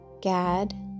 Gad